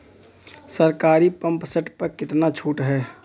सरकारी pump set प कितना छूट हैं?